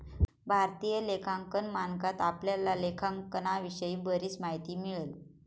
भारतीय लेखांकन मानकात आपल्याला लेखांकनाविषयी बरीच माहिती मिळेल